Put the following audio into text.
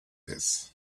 this